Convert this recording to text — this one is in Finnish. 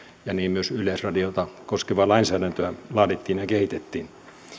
ja niin myös yleisradiota koskevaa lainsäädäntöä laadittiin ja kehitettiin